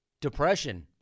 Depression